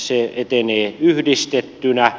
se etenee yhdistettynä